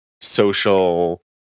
social